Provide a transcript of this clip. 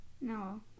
No